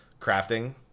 crafting